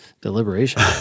deliberation